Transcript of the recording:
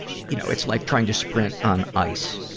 you know, it's like trying to sprint on ice.